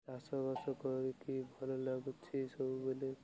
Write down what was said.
ଚାଷବାସ କରିକି ଭଲ ଲାଗୁଛି ସବୁବେଳେ